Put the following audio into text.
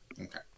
okay